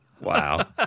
Wow